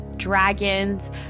dragons